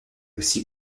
aussi